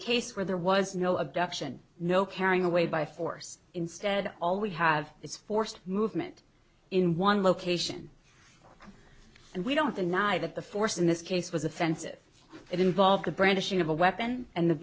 case where there was no abduction no carrying away by force instead all we have is forced movement in one location and we don't deny that the force in this case was offensive it involves the brandishing of a weapon and the